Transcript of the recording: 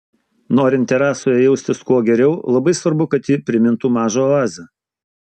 norint terasoje jaustis kuo geriau labai svarbu kad ji primintų mažą oazę